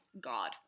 God